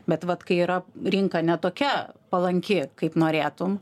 bet vat kai yra rinka ne tokia palanki kaip norėtum